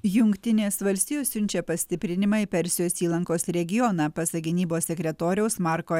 jungtinės valstijos siunčia pastiprinimą į persijos įlankos regioną pasak gynybos sekretoriaus marko